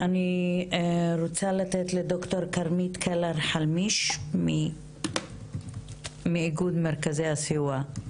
אני רוצה לתת ד"ר כרמית קלר חלמיש מאיגוד מרכזי הסיוע.